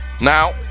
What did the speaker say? Now